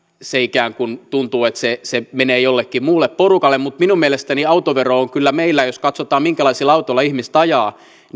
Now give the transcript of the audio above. ikään kuin tuntuu että se se menee jollekin muulle porukalle mutta minun mielestäni autovero on kyllä meillä jos katsotaan minkälaisilla autoilla ihmiset ajavat